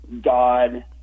God